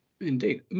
Indeed